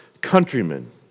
countrymen